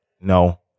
no